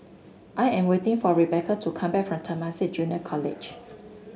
I am waiting for Rebeca to come back from Temasek Junior College